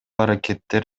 аракеттер